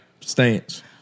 Stance